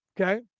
Okay